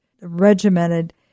regimented